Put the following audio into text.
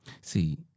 See